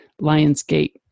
Lionsgate